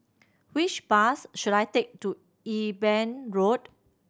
which bus should I take to Eben Road